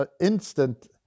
instant